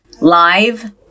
live